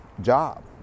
job